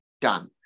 Done